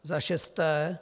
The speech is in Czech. Za šesté.